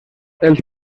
els